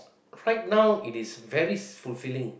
right now it is very s~ fulfilling